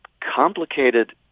complicated